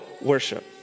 worship